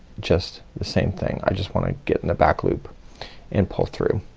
just the same thing. i just wanna get in the back loop and pull through.